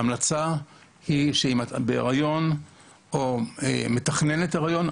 ההמלצה היא שאם אישה בהיריון או מכננת היריון,